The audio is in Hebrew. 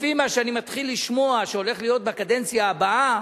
לפי מה שאני מתחיל לשמוע שהולך להיות בקדנציה הבאה